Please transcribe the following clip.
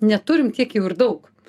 neturim tiek jau ir daug